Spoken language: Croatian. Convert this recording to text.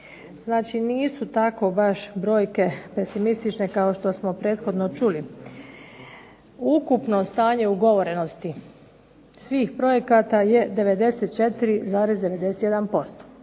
Znači nisu baš brojke pesimistične kao što smo prethodno čuli. Ukupno stanje ugovorenosti svih projekata je 94,91%.